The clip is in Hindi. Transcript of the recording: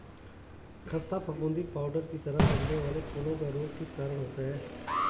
खस्ता फफूंदी पाउडर की तरह लगने वाला फूलों का रोग किस कारण होता है?